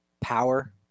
power